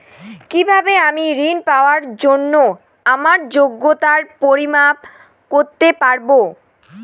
কিভাবে আমি ঋন পাওয়ার জন্য আমার যোগ্যতার পরিমাপ করতে পারব?